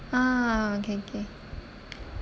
ah okay okay